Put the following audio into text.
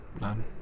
none